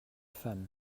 femmes